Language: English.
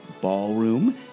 Ballroom